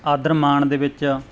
ਆਦਰ ਮਾਣ ਦੇ ਵਿੱਚ